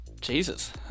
Jesus